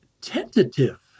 tentative